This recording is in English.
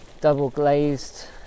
double-glazed